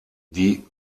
die